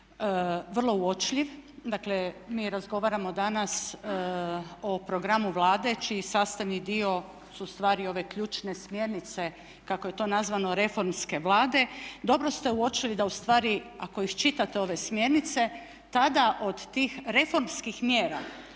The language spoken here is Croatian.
vrlo uočljiv. Dakle mi raspravljamo danas o programu Vlade čiji sastavni dio su u stvari ove ključne smjernice, kako je to nazvano reformske Vlade. Dobro ste uočili da ustavi ako iščitate ove smjernice tada od tih reformskih mjera